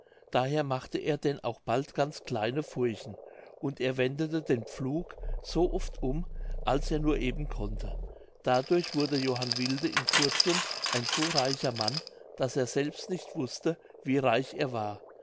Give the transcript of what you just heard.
daher machte er denn auch bald ganz kleine furchen und er wendete den pflug so oft um als er nur eben konnte dadurch wurde johann wilde in kurzem ein so reicher mann daß er selbst nicht wußte wie reich er war